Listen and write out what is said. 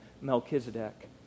Melchizedek